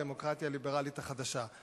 או הדמוקרטיה הליברלית החדשה.